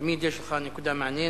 תמיד יש לך נקודה מעניינת.